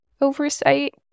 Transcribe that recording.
oversight